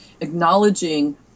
acknowledging